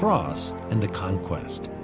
cross and the conquest.